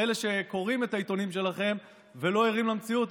לאלה שקוראים את העיתונים שלכם ולא ערים למציאות,